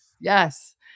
Yes